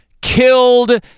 killed